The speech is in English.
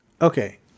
Okay